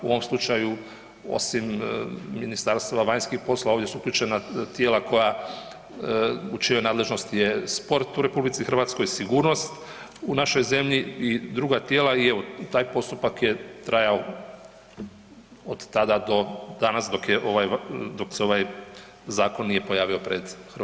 U ovom slučaju osim Ministarstva vanjskih poslova ovdje su uključena tijela u čijoj nadležnosti je sport u RH, sigurnost u našoj zemlji i druga tijela i evo taj postupak je trajao od tada do danas dok se ovaj zakon nije pojavio pred HS-om.